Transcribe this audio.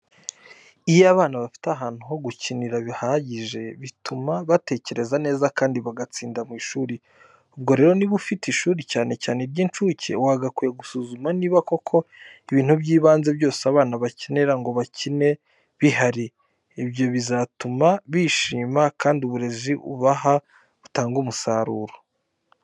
Iyo abana bafite ahantu ho gukinira hahagije bituma batekereza neza kandi bagatsinda mu ishuri. Ubwo rero niba ufite ishuri cyane cyane iry'incuke, wagakwiye gusuzuma niba koko ibintu by'ibanze byose abana bakenera ngo bakine bihari. Ibyo bizatuma bishima kandi uburezi ubaha butange umusaruro.